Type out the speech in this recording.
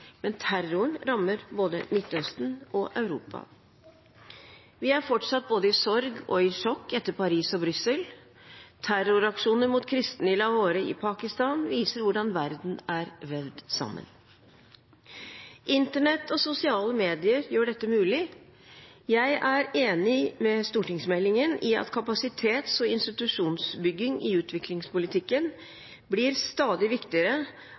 men terroren rammer både Midtøsten og Europa. Vi er fortsatt både i sorg og i sjokk etter Paris og Brussel. Terroraksjoner mot kristne i Lahore i Pakistan viser hvordan verden er vevd sammen. Internett og sosiale medier gjør dette mulig. Jeg er enig i det som står i stortingsmeldingen om at kapasitets- og institusjonsbygging i utviklingspolitikken blir stadig viktigere,